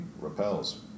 repels